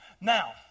Now